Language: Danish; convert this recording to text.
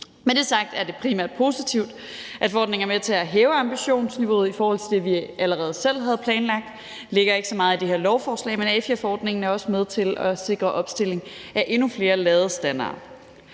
Med det sagt er det primært positivt, at forordningen er med til at hæve ambitionsniveauet i forhold til det, vi allerede selv havde planlagt. Det ligger ikke så meget i det her lovforslag, men AFI-forordningen er også med til at sikre opstilling af endnu flere ladestandere.